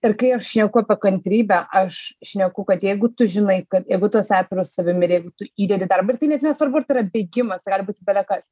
ir kai aš šneku apie kantrybę aš šneku kad jeigu tu žinai kad jeigu tu esi atviras savim ir jeigu tu įdedi darbo ir tai net nesvarbu ar tai yra bėgimas tai gali būti bele kas